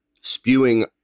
spewing